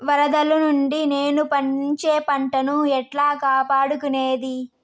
వరదలు నుండి నేను పండించే పంట ను ఎట్లా కాపాడుకునేది?